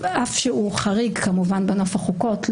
אף שהוא חריג בחוקות,